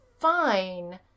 fine